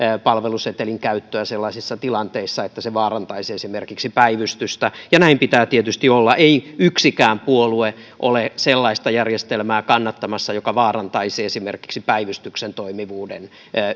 palvelusetelin käyttöä sellaisissa tilanteissa että se vaarantaisi esimerkiksi päivystystä ja näin pitää tietysti olla ei yksikään puolue ole sellaista järjestelmää kannattamassa joka vaarantaisi esimerkiksi päivystyksen toimivuuden